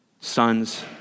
sons